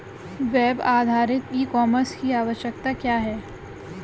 Web आधारित e commerce की आवश्यकता क्या है?